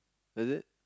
is it